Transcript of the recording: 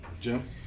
Jim